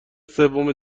سوم